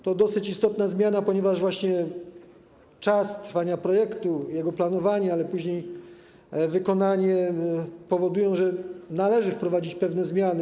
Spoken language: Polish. To jest dosyć istotna zmiana, ponieważ właśnie czas trwania projektu, jego planowania, a później wykonania, powoduje, że należy wprowadzić pewne zmiany.